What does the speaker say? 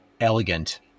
elegant